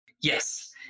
Yes